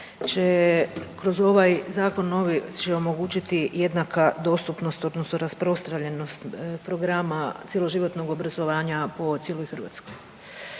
kroz ovaj zakon novi će se omogućiti jednaka dostupnost odnosno rasprostranjenost programa cjeloživotnog obrazovanja po cijeloj Hrvatskoj.